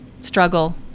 struggle